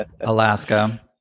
Alaska